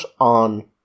on